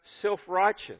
self-righteous